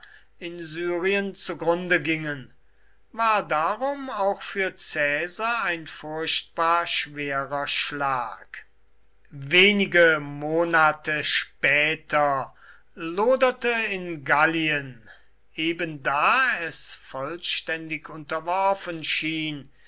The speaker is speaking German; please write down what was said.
in syrien zu grunde gingen war darum auch für caesar ein furchtbar schwerer schlag wenige monate später loderte in gallien ebenda es vollständig unterworfen schien